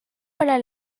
para